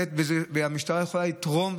המשטרה יכולה לתרום,